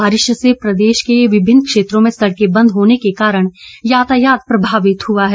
बारिश से प्रदेश के विभिन्न क्षेत्रों में सड़कें बंद होने के कारण यातायात प्रभावित हुआ है